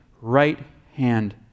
right-hand